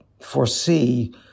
foresee